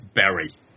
Berry